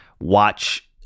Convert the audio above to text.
watch